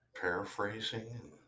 paraphrasing